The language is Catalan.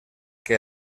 que